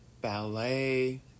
ballet